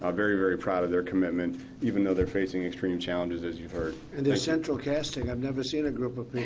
um very, very proud of their commitment even though they're facing extreme challenges, as you've heard. is and there central casting? i've never seen a group of